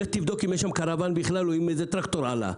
לך תבדוק אם יש שם קרוואן בכלל או אם איזה טרקטור עלה.